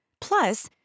plus